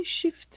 shift